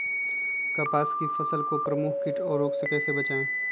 कपास की फसल को प्रमुख कीट और रोग से कैसे बचाएं?